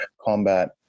combat